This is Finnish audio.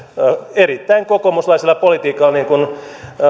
erittäin kokoomuslaisella politiikalla niin kuin